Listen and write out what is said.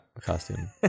costume